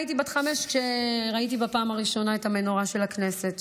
הייתי בת חמש כשראיתי בפעם ראשונה את המנורה של הכנסת,